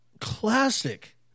classic